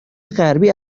غربی